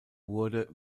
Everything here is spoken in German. wurde